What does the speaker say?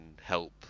help